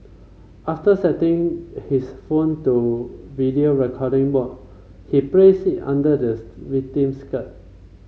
after setting his phone to video recording mode he placed it under the victim's skirt